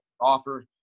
offer